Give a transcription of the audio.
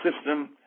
system